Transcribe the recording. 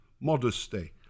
modesty